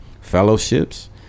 fellowships